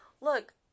look